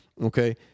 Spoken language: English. Okay